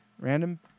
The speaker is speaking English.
Random